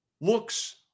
looks